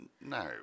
no